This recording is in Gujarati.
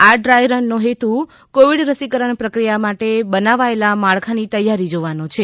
આ ડ્રાય રનનો હેતુ કોવિડ રસીકરણ પ્રક્રિયા માટે બનાવાયેલા માળખાની તૈયારી જોવાનો છે